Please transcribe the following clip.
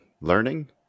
learning